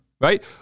right